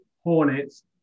Hornets